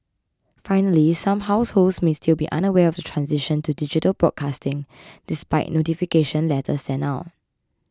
finally some households may still be unaware of the transition to digital broadcasting despite notification letters sent out